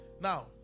Now